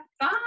Bye